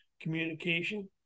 communication